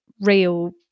real